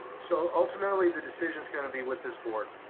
so ultimately the decision is going to be with this board,